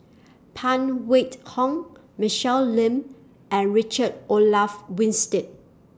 Phan Wait Hong Michelle Lim and Richard Olaf Winstedt